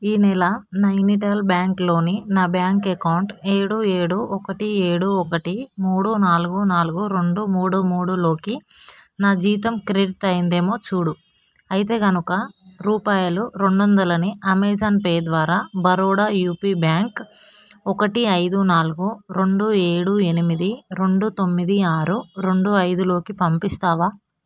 ఈ నెల నైనిటాల్ బ్యాంక్లోని నా బ్యాంక్ అకౌంట్ ఏడు ఏడు ఒకటి ఏడు ఒకటి మూడు నాలుగు నాలుగు రెండు మూడు మూడులోకి నా జీతం క్రెడిట్ అయిందేమో చూడు అయితే కనుక రూపాయలు రెండొందలని అమెజాన్ పే ద్వారా బరోడా యూపీ బ్యాంక్ ఒకటి ఐదు నాలుగు రెండు ఏడు ఎనిమిది రెండు తొమ్మిది ఆరు రెండు ఐదులోకి పంపిస్తావా